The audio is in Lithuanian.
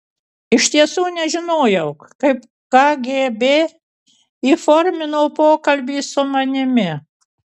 iš tiesų nežinojau kaip kgb įformino pokalbį su manimi